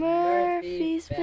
Murphys